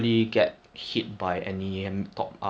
but balmond balmond very lane strong